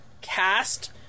cast